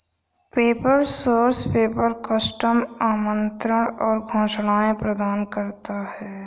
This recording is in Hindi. पेपर सोर्स पेपर, कस्टम आमंत्रण और घोषणाएं प्रदान करता है